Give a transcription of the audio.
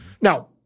now